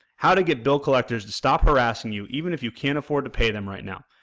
how to get bill collectors to stop harassing you, even if you can't afford to pay them right now,